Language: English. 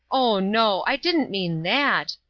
oh no, i didn't mean that.